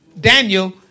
Daniel